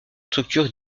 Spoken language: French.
structures